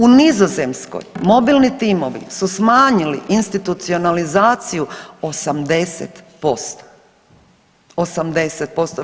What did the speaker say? U Nizozemskoj mobilni timovi su smanjili institucionalizaciju 80%, 80%